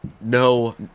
No